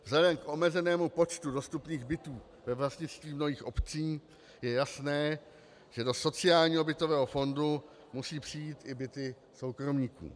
Vzhledem k omezenému počtu dostupných bytů ve vlastnictví mnohých obcí je jasné, že do sociálního bytového fondu musí přijít i byty soukromníků.